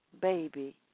Baby